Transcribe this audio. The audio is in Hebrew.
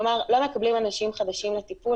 כלומר, לא מקבלים אנשים חדשים לטיפול.